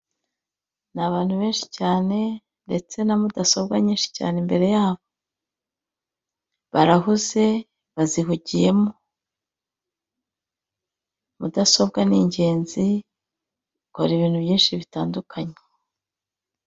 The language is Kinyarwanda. Abantu benshi cyane, ndetse na mudasobwa nyinshi cyane imbere yabo. Barahuze, bazihugiyemo. Mudasobwa ni ingenzi, ikora ibintu byinshi bitandukanye.